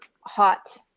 hot